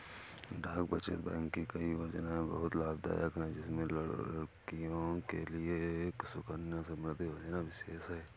डाक बचत बैंक की कई योजनायें बहुत लाभदायक है जिसमें लड़कियों के लिए सुकन्या समृद्धि योजना विशेष है